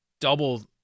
double